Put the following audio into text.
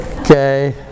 Okay